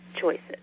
choices